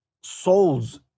souls